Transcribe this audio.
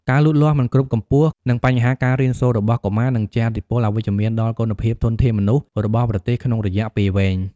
ការលូតលាស់មិនគ្រប់កម្ពស់ និងបញ្ហាការរៀនសូត្ររបស់កុមារនឹងជះឥទ្ធិពលអវិជ្ជមានដល់គុណភាពធនធានមនុស្សរបស់ប្រទេសក្នុងរយៈពេលវែង។